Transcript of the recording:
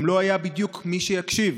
גם לא היה בדיוק מי שיקשיב.